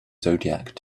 zodiac